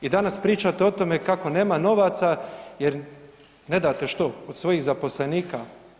I danas pričate o tome kako nema novaca jer ne dati što od svojih zaposlenika?